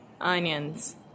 Onions